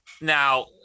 Now